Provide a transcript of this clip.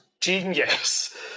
genius